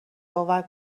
باور